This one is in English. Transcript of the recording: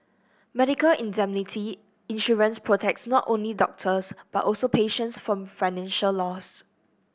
medical indemnity insurance protects not only doctors but also patients from financial loss